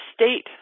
state